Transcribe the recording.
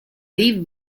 leave